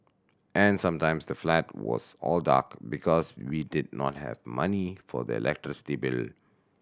and sometimes the flat was all dark because we did not have money for the electricity bill